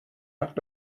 hat